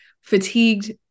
fatigued